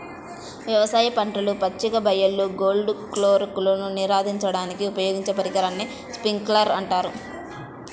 వ్యవసాయ పంటలు, పచ్చిక బయళ్ళు, గోల్ఫ్ కోర్స్లకు నీరందించడానికి ఉపయోగించే పరికరాన్ని స్ప్రింక్లర్ అంటారు